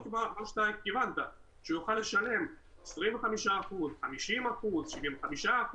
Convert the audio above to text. -- -שהוא יוכל לשלם 25%, 50%, 75%,